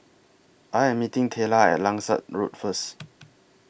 I Am meeting Tayla At Langsat Road First